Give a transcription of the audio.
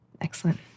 Excellent